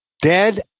dead